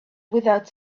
without